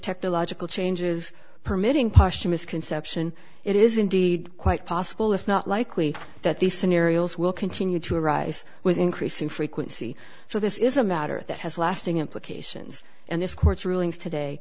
technological changes permitting posthumous conception it is indeed quite possible if not likely that these scenarios will continue to arise with increasing frequency so this is a matter that has lasting implications and this